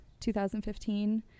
2015